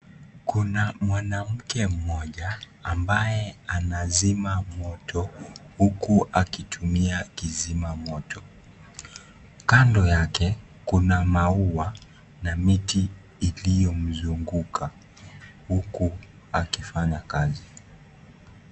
Kuna mwanamke mmoja ambaye anazima moto huku akitumia kizima moto kando yake kuna maua na miti iliyomzunguka huku akifanya kazi.